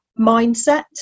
mindset